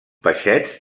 peixets